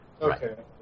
Okay